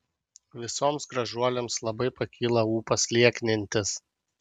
visoms gražuolėms labai pakyla ūpas lieknintis